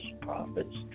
prophets